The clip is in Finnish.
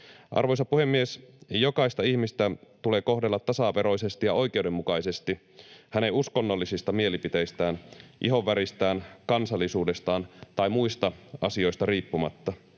Arvoisa puhemies! Jokaista ihmistä tulee kohdella tasaveroisesti ja oikeudenmukaisesti hänen uskonnollisista mielipiteistään, ihonväristään, kansallisuudestaan tai muista asioista riippumatta.